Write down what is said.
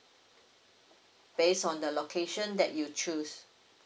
based on the location that you choose